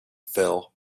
phil